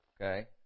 Okay